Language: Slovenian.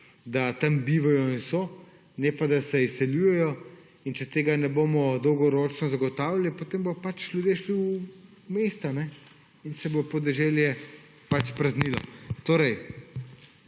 da tam bivajo in so, ne pa da se izseljujejo. Če tega ne bomo dolgoročno zagotavljali, potem bodo pač ljudje šli v mesta in se bo podeželje praznilo. Torej,